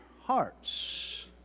hearts